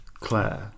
Claire